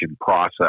process